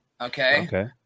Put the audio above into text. Okay